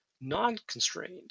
non-constrained